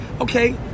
Okay